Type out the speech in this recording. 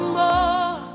more